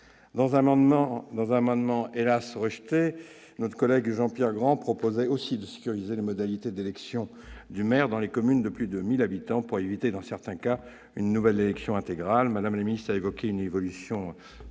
Dans un amendement ayant, hélas ! été rejeté, notre collègue Jean-Pierre Grand proposait aussi de sécuriser les modalités d'élection du maire dans les communes de plus de 1 000 habitants afin d'éviter dans certains cas une nouvelle élection intégrale. Mme la ministre a évoqué une évolution positive,